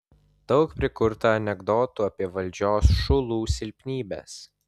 daug prikurta anekdotų apie valdžios šulų silpnybes